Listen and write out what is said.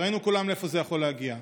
וראינו כולם לאין זה יכול להגיע.